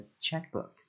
checkbook